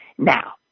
Now